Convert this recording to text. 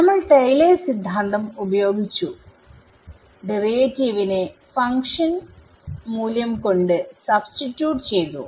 നമ്മൾ ടയിലേർസ് സിദ്ധാന്തം Taylors theorem ഉപയോഗിച്ചു ഡെറിവേറ്റീവിനെഫങ്ക്ഷൻ മൂല്യം കൊണ്ട് സബ്സ്റ്റിട്ടൂട്ട്ചെയ്തു